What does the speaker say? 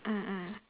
mm mm